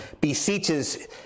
beseeches